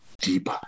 deep